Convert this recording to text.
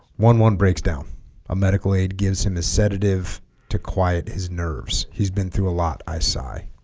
one one breaks down a medical aid gives him a sedative to quiet his nerves he's been through a lot i sigh